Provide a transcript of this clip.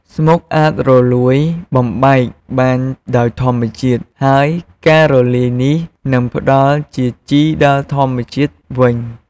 ស្មុកអាចរលួយបំបែកបានដោយធម្មជាតិ ហើយការរលាយនេះនឹងផ្តល់ជាជីដល់ធម្មជាតិវិញ។